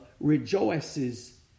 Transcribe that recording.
rejoices